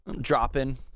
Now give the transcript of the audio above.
dropping